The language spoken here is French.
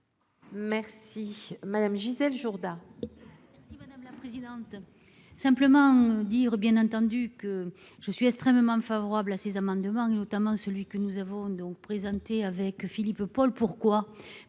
Merci madame Gisèle Jourda merci madame la présidente. Simplement dire bien entendu que je suis extrêmement favorable à ces amendements et notamment celui que nous avons donc présenter avec Philippe Paul pourquoi